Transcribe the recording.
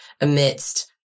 amidst